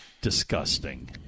disgusting